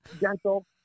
gentle